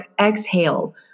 Exhale